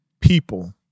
people